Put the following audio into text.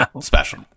Special